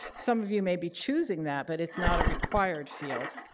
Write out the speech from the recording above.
some of you may be choosing that, but it's not a required field.